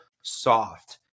soft